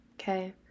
okay